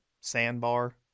sandbar